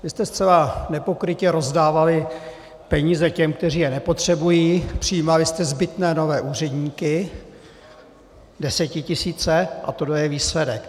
Vy jste zcela nepokrytě rozdávali peníze těm, kteří je nepotřebují, přijímali jste zbytné nové úředníky, desetitisíce, a tohle je výsledek.